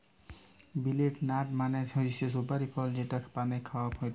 betel nut মানে হৈসে সুপারি ফল যেটা পানে খাওয়া হয়টে